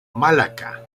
malaca